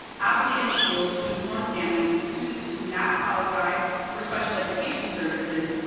obligating schools to inform families that students who do not qualify for special education services,